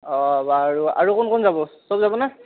অঁ বাৰু আৰু কোন কোন যাব চব যাবোনে